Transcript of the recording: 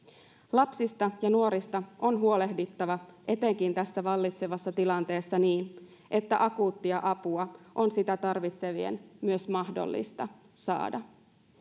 lapsista ja nuorista on huolehdittava etenkin tässä vallitsevassa tilanteessa niin että akuuttia apua on sitä tarvitsevien myös mahdollista saada